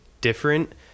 different